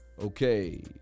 Okay